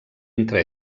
entre